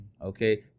Okay